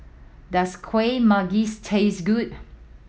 does Kuih Manggis taste good